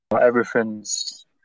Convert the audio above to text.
Everything's